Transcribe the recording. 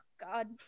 God